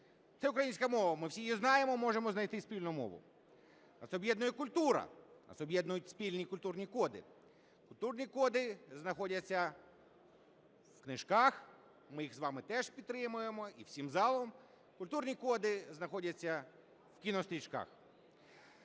це українська мова, ми всі її знаємо і можемо знайти спільну мову. Нас об'єднує культура, нас об'єднують спільні культурні коди. Культурні коди знаходяться в книжках, ми їх з вами теж підтримуємо і всім залом, культурні коди знаходяться в кінострічках.